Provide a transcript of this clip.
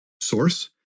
source